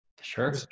Sure